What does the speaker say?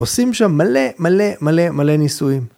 עושים שם מלא מלא מלא מלא ניסויים.